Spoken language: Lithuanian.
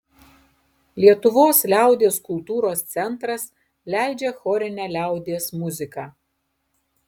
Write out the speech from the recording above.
lietuvos liaudies kultūros centras leidžia chorinę liaudies muziką